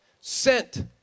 sent